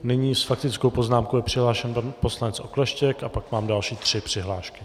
Nyní s faktickou poznámkou je přihlášen pan poslanec Okleštěk a pak mám další tři přihlášky.